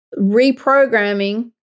reprogramming